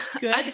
good